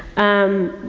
um,